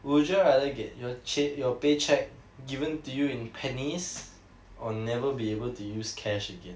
would you rather get your cheq~ your paycheck given to you in pennies or never be able to use cash again